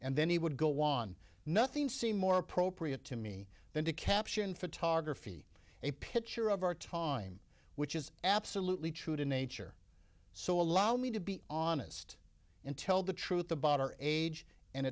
and then he would go on nothing seemed more appropriate to me than to capture in photography a picture of our time which is absolutely true to nature so allow me to be honest and tell the truth about our age and